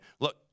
look